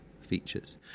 features